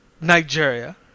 Nigeria